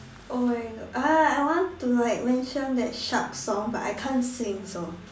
oh my god ah I want to like mention that shark song but I can't sing so